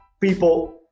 people